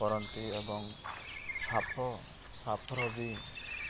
କରନ୍ତି ଏବଂ ସାପ ସାପର ବି